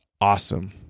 awesome